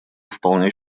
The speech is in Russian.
вполне